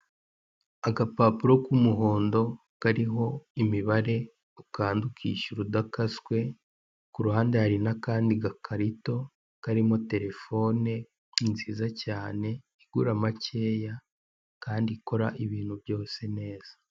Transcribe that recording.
Agapapuro k'umuhondo karimo ibibare, ukanda ukishyura udakaswe kuruhande hari n'akandi gakarito, karimo telefone nziza cyane, igura makeya kandi ikora ibintu neza.